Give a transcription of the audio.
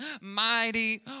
mighty